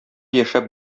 яшәп